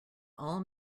all